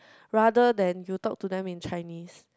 rather than you talk to them in Chinese